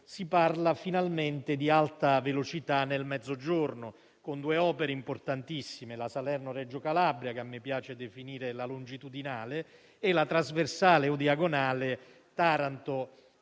si parla finalmente di Alta velocità nel Mezzogiorno con due opere importantissime: la Salerno-Reggio Calabria, che a me piace definire la "longitudinale", e la "trasversale" o "diagonale" Taranto-Potenza-Battipaglia.